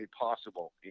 possible